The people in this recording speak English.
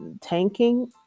tanking